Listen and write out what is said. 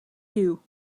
you